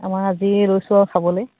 আমাৰ আজি লৈছোঁ আৰু খাবলৈ